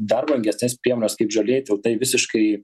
dar brangesnes priemones kaip žolieji tiltai visiškai